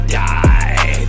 die